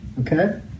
okay